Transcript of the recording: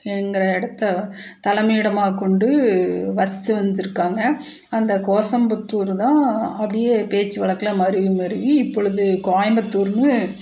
என்கிற இடத்த தலைமை இடமாக கொண்டு வசித்து வந்திருக்காங்க அந்த கோசம்புத்தூர் தான் நான் அப்படியே பேச்சு வழக்கில் மருவி மருவி இப்பொழுது கோயம்புத்தூர்ன்னு